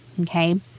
Okay